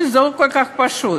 שזה לא כל כך פשוט.